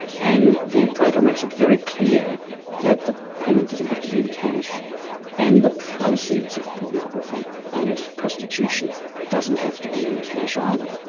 and the protocol makes it very clear that the payment doesn't have to be in cash and the proceeds of pornography and prostitution doesn't have to be in cash either.